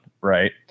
right